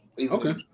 Okay